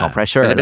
Pressure